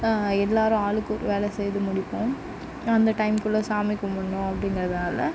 எல்லாரும் ஆளுக்கு ஒரு வேலை செய்து முடிப்போம் அந்த டைம்குள்ள சாமி கும்பிடுனும் அப்படிங்கறதுனால